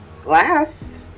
glass